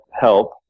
help